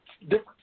different